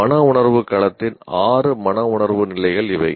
மனவுணர்வு களத்தின் ஆறு மனவுணர்வு நிலைகள் இவை